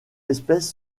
espèce